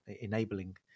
enabling